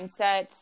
mindset